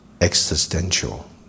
existential